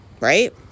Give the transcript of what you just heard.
right